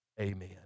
Amen